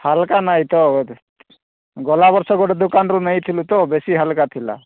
ହାଲକା ନାହିଁ ତ ଗଲା ବର୍ଷ ଗୋଟେ ଦୋକାନରୁ ନେଇଥିଲି ତ ବେଶି ହାଲକା ଥିଲା